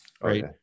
right